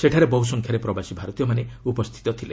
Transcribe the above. ସେଠାରେ ବହୁସଂଖ୍ୟାରେ ପ୍ରବାସୀ ଭାରତୀୟମାନେ ଉପସ୍ଥିତ ଥିଲେ